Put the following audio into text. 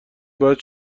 باید